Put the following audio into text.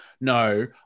No